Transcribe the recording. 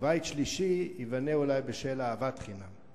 ובית שלישי ייבנה אולי בשל אהבת חינם.